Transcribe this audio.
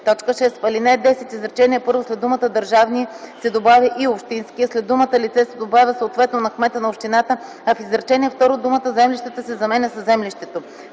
6.” 6. В ал. 10, в изречение първо, след думата „държавния” се добавя „и общинския”, а след думата „лице” се добавя „съответно на кмета на общината”, а в изречение второ думата „землищата” се заменя с „землището”.